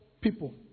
people